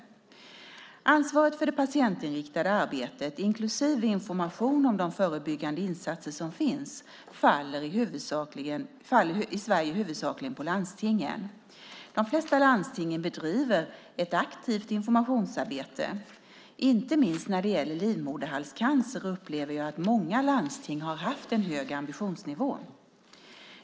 Ansvaret för det patientinriktade arbetet, inklusive information om de förebyggande insatser som finns, faller i Sverige huvudsakligen på landstingen. De flesta landsting bedriver ett aktivt informationsarbete. Inte minst när det gäller livmoderhalscancer upplever jag att många landsting har haft en hög ambitionsnivå.